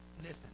Listen